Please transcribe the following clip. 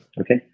okay